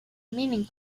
meaning